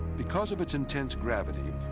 because of its intense gravity,